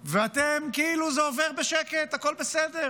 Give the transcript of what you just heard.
ואתם, כאילו זה עובר בשקט, הכול בסדר,